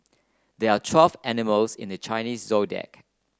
there are twelve animals in the Chinese Zodiac